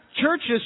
churches